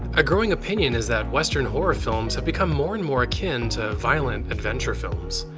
a growing opinion is that western horror films have become more and more akin to violent adventure films.